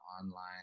online